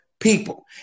People